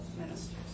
ministers